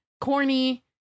corny